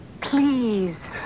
please